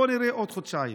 בוא נראה בעוד חודשיים.